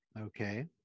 Okay